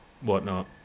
whatnot